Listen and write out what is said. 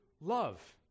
love